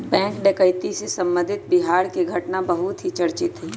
bank डकैती से संबंधित बिहार के घटना बहुत ही चर्चित हई